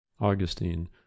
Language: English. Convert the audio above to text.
augustine